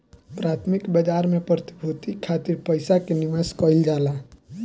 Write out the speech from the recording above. प्राथमिक बाजार में प्रतिभूति खातिर पईसा के निवेश कईल जाला